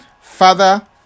father